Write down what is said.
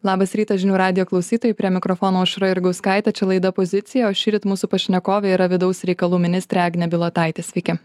labas rytas žinių radijo klausytojai prie mikrofono aušra jurgauskaitė čia laida pozicija o šįryt mūsų pašnekovė yra vidaus reikalų ministrė agnė bilotaitė sveiki